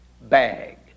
bag